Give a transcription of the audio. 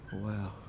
Wow